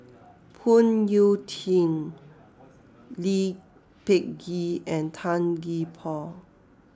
Phoon Yew Tien Lee Peh Gee and Tan Gee Paw